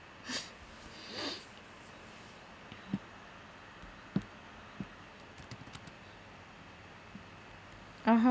(uh huh)